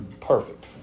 perfect